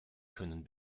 können